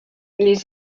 les